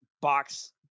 box